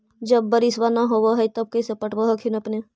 जब बारिसबा नय होब है तो कैसे पटब हखिन अपने?